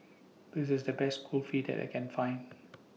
This IS The Best Kulfi that I Can Find